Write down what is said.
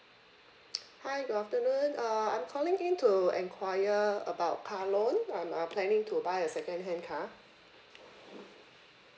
hi good afternoon uh I'm calling in to inquire about car loan I'm uh planning to buy a second hand car